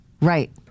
Right